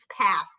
path